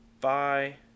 bye